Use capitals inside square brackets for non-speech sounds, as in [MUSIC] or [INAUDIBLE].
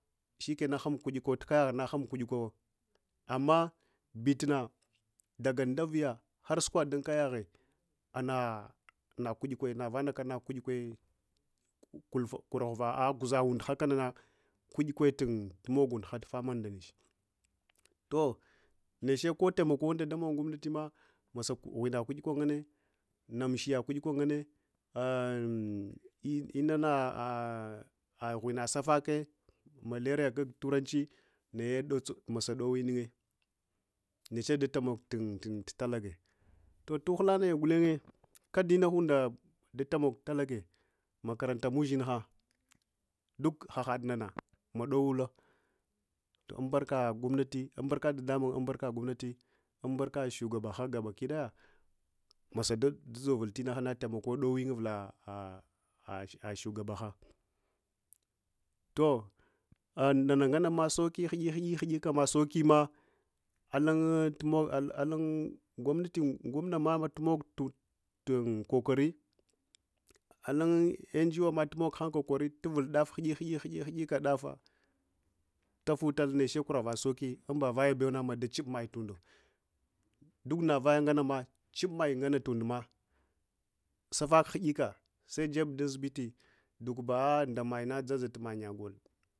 Shikena humb ku’ikwa bukayaghuna amma bituna ndag nɗavuya harsukohun kay-aghe am ana kui’ kwaya navanakana ku’ikwa kurava guza undo kanana ku’ikwetun mog’ unduho tufama ndeche toh neche kotemoko ɗa mog gomnati ma masa ghuina ku’ikwa nganne, namshiya ku’ikwa nganne. [HESITATION] Inana [HESITATION] ghuina safake malaria ak turanchi naye masa ɗowuyungye neche ɗa taimok tunɗa talagye toh kadu inunda datamok tuka lagye makaranta mushinha ɗuk hah aɗnana maɗowula toh ambarka gonmati ambarka dadamun, ambarka gomnati ambarka shugabaha gabakidaye masa da ɗzovul tinahana dowuyun uvula [HESITATION] shugabaha toh’ a nana nganama sauki hudik hudila ama saukima aluntumog’alum gomnamatu mog tu kokari allun yan g. O ma n. G. O tumoghan tukokari tuvul hanghe tudaff hudik hudike daffa tafutal neche kurava maye tunda duknavaya ngannnamah cheb maya ngannna tunɗama safahan huɗika sejeb dun zibiti dukbba ha’ nɗa mayemana ɗzaɗzatu manya gil